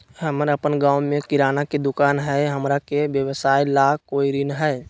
हमर अपन गांव में किराना के दुकान हई, हमरा के व्यवसाय ला कोई ऋण हई?